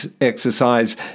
exercise